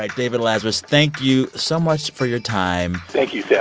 like david lazarus, thank you so much for your time thank you, sam